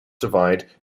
divide